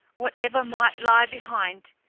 whatever might lie behind,